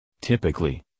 Typically